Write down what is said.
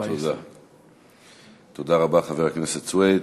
תודה רבה, חבר הכנסת סוייד.